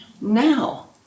now